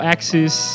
Axis